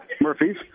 Murphy's